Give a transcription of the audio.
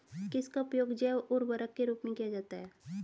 किसका उपयोग जैव उर्वरक के रूप में किया जाता है?